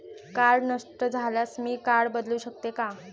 Card नष्ट झाल्यास मी कार्ड बदलू शकते का?